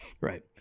Right